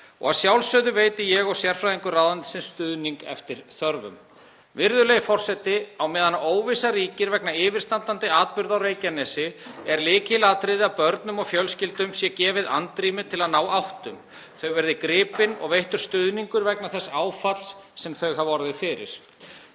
og að sjálfsögðu veiti ég og sérfræðingar ráðuneytisins stuðning eftir þörfum. Virðulegi forseti. Á meðan óvissa ríkir vegna yfirstandandi atburða á Reykjanesi er lykilatriði að börnum og fjölskyldum sé gefið andrými til að ná áttum, þau verði gripin og þeim veittur stuðningur vegna þess áfalls sem þau hafa orðið fyrir.